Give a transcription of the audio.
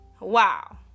Wow